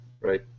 Right